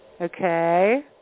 Okay